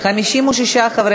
אנחנו נצביע